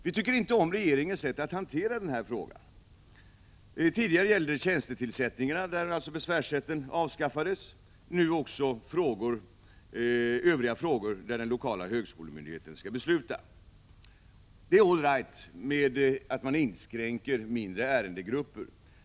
Vi tycker inte om regeringens sätt att hantera den här frågan. Tidigare gällde det tjänstetillsättningarna, där besvärsrätten avskaffades; nu gäller det också övriga frågor, i vilka man vill att den lokala högskolemyndigheten skall besluta. Det är all right att det görs inskränkningar i fråga om mindre ärendegrupper.